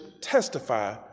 testify